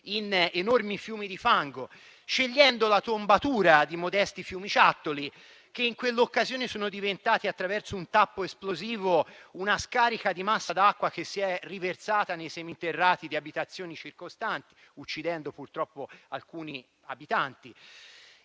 in enormi fiumi di fango; scegliendo la tombatura di modesti fiumiciattoli che in quell'occasione sono diventati, attraverso un tappo esplosivo, una scarica di massa d'acqua che si è riversata nei seminterrati di abitazioni circostanti, uccidendo purtroppo alcuni abitanti.